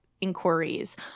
inquiries